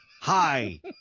hi